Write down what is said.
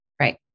Right